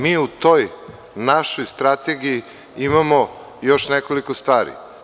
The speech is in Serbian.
Mi u toj našoj strategiji imamo još nekoliko stvari.